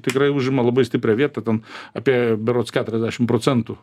tikrai užima labai stiprią vietą ten apie berods keturiasdešim procentų